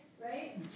right